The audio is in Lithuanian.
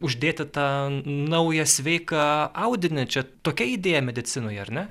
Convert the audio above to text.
uždėti tą naują sveiką audinį čia tokia idėja medicinoje ar ne